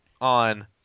on